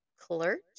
clerk